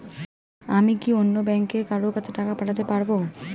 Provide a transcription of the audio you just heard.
আমি কি অন্য ব্যাংকের কারো কাছে টাকা পাঠাতে পারেব?